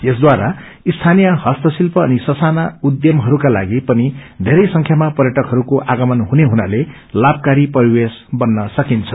यसद्वारा सीनीय हस्तशिल्प अनि स साना उदयमहरूका लागि पनि धेरै संख्याामा पर्यटकहरूको आगमन हुने हुनाले लाभ्कारी परिवेश बन्न सकिन्छ